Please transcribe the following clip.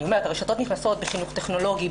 הרשתות נכנסות בחינוך טכנולוגי,